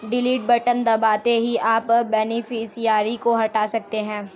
delete button दबाते ही आप बेनिफिशियरी को हटा सकते है